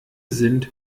sind